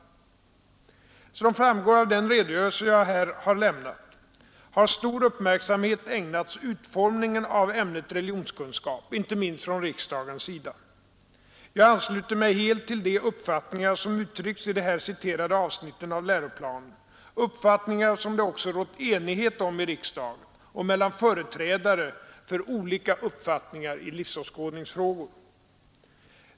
Som framgår av den redogörelse jag här har lämnat har stor uppmärksamhet ägnats utformningen av ämnet religionskunskap, inte minst från riksdagens sida. Jag ansluter mig helt till de uppfattningar, som uttrycks i de här citerade avsnitten av läroplanen, uppfattningar som det också rått enighet om i riksdagen och mellan företrädare för olika uppfattningar i livsåskådningsfrågor.